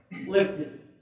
lifted